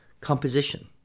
composition